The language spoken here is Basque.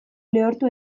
lehortu